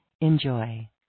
Enjoy